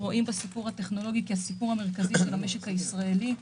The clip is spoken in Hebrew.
אנחנו רואים בסיפור הטכנולוגי את הסיפור המרכזי של המשק הישראלי.